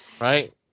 right